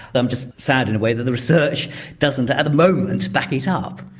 but i'm just sad in a way that the research doesn't at the moment back it up.